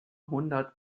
hundert